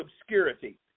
obscurity